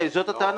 זאת הטענה?